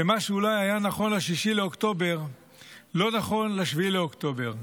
ומה שאולי היה נכון ל-6 באוקטובר לא נכון ל-7 באוקטובר.